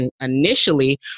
initially